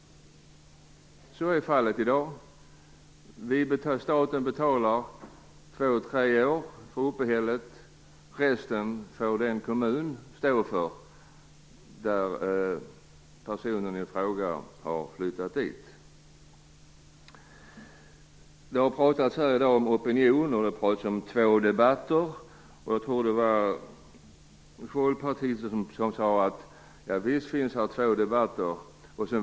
Så är fallet i dag. Staten betalar upphället under två, tre år. Resten får den kommun dit personen i fråga har flyttat stå för. Det har i dag talats om opinioner och om två debatter. Jag tror att det var en folkpartist som sade att det här som vanligt förs två debatter.